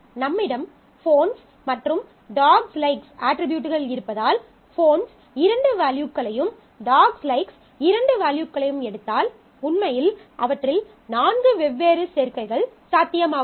நம்மிடம் ஃபோன்ஸ் மற்றும் dogs likes dogs likes அட்ரிபியூட்கள் இருப்பதால் ஃபோன்ஸ் 2 வேல்யூக்களையும் டாஃக்ஸ் லைக்ஸ் dogs likes 2 வேல்யூக்களையும் எடுத்தால் உண்மையில் அவற்றில் 4 வெவ்வேறு சேர்க்கைகள் சாத்தியமாகும்